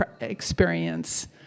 experience